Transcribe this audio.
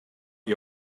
you